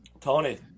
Tony